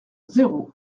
zéro